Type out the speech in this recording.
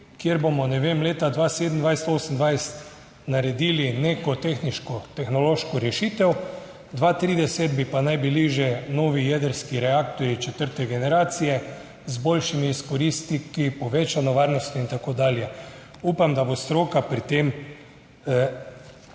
ne vem, leta 2027, 2028 naredili neko tehniško, tehnološko rešitev, 2030 bi pa naj bili že novi jedrski reaktorji četrte generacije, z boljšimi izkoristki, povečano varnostjo in tako dalje. Upam, da bo stroka pri tem delovala